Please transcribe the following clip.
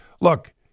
look